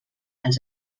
als